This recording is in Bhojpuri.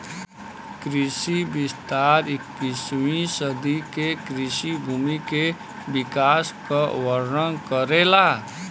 कृषि विस्तार इक्कीसवीं सदी के कृषि भूमि के विकास क वर्णन करेला